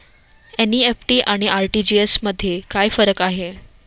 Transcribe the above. NEFT आणि RTGS मध्ये काय फरक आहे?